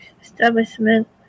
establishment